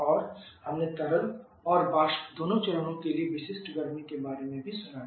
और हमने तरल और वाष्प दोनों चरणों के लिए विशिष्ट गर्मी के बारे में भी सुना है